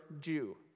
Jew